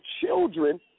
children